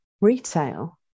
retail